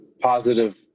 positive